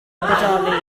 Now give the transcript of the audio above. bodoli